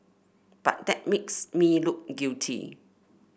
but that makes me look guilty